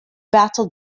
battle